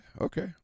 Okay